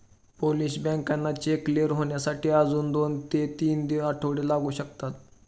Polish बँकांना check clear होण्यासाठी अजून दोन ते तीन आठवडे लागू शकतात